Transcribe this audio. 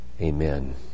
Amen